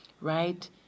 right